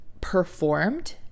performed